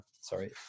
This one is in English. sorry